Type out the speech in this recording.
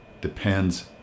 depends